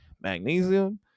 magnesium